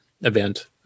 event